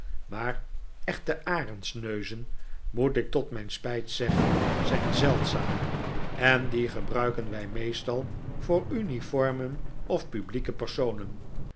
maar echte arendsneuzen moet ik tot mijn spijt zeggen zijn zeldzaam en die gebruiken wij meestal voor uniformen of publieke personen